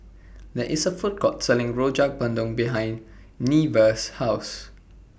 There IS A Food Court Selling Rojak Bandung behind Nevaeh's House